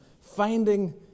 finding